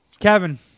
Kevin